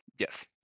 Yes